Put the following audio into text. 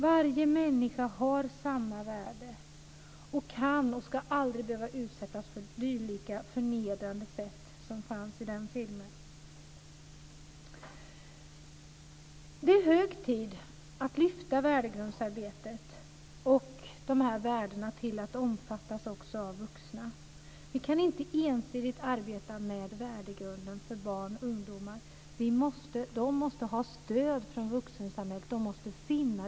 Varje människa har samma värde och ska aldrig behöva utsättas för något som är så förnedrande som det som förekom i den filmen. Det är hög tid att lyfta värdegrundsarbetet och dessa värden till att omfattas också av vuxna. Vi kan inte ensidigt arbeta med värdegrunden för barn och ungdomar. De måste ha stöd från vuxensamhället.